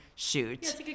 shoot